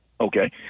Okay